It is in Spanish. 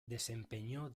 desempeñó